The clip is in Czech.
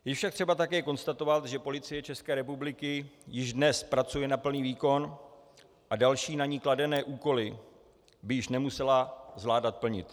Je však třeba také konstatovat, že Policie České republiky již dnes pracuje na plný výkon a další na ni kladené úkoly by již nemusela zvládat plnit.